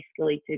escalated